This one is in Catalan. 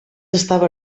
estava